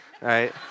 right